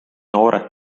noored